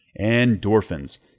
Endorphins